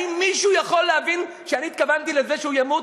האם מישהו יכול להבין שאני התכוונתי לזה שהוא ימות?